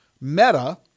Meta